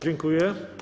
Dziękuję.